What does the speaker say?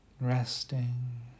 Resting